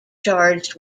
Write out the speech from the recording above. charged